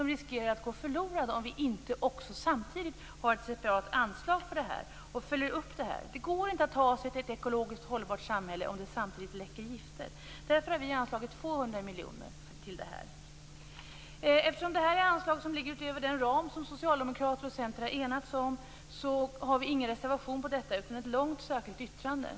Den riskerar att gå förlorad om vi inte samtidigt också har ett separat anslag för det här och följer upp det här. Det går inte att ha ett ekologiskt samhälle om det samtidigt läcker gifter. Därför har vi anslagit 200 miljoner till det här. Eftersom det här är anslag som ligger utöver den ram som Socialdemokraterna och Centern har enats om, har vi ingen reservation om det här utan ett långt särskilt yttrande.